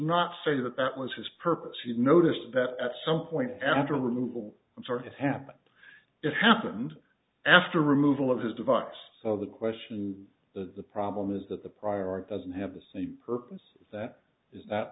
not say that that was his purpose he noticed that at some point after removal i'm sorry it happened it happened after removal of his device so the question that the problem is that the prior art doesn't have the same purpose that is that